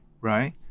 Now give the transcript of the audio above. right